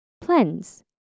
plans